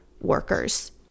workers